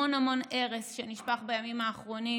המון המון ארס שנשפך בימים האחרונים.